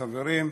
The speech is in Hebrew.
חברים,